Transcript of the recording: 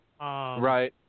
right